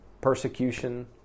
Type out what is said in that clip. persecution